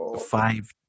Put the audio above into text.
five